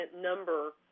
number